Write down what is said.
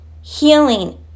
Healing